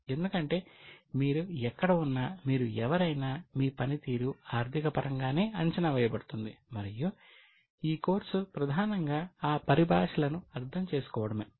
ఎందుకంటే మీరు ఎక్కడ ఉన్నా మీరు ఎవరైనా మీ పనితీరు ఆర్థిక పరంగానే అంచనా వేయబడుతుంది మరియు ఈ కోర్సు ప్రధానంగా ఆ పరిభాషలను అర్థం చేసుకోవడమే